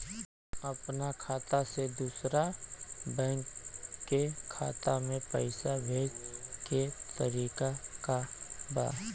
अपना खाता से दूसरा बैंक के खाता में पैसा भेजे के तरीका का बा?